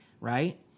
right